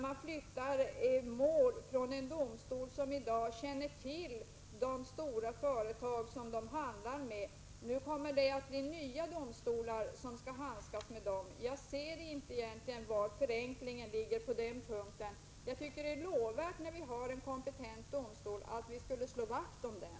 Man flyttar mål från en domstol som i dag känner till de stora företag de har att göra med. Nu blir det nya domstolar som skall handskas med dessa företag. Jag ser inte var förenklingen ligger på den punkten. När vi har en kompetent domstol tycker jag att vi skall slå vakt om den.